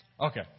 Okay